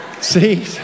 see